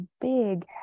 big